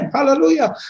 Hallelujah